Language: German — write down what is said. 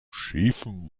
schiefen